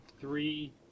three